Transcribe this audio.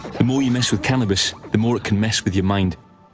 the more you mess with cannabis, the more it can mess with your mind.